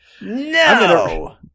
no